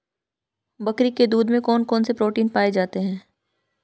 बकरी के दूध में कौन कौनसे प्रोटीन पाए जाते हैं?